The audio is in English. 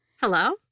Hello